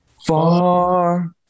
far